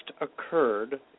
occurred